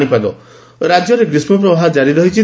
ପାଣିପାଗ ରାଜ୍ୟରେ ଗ୍ରୀଷ୍କପ୍ରବାହ କାରିରହିଛି